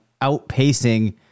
outpacing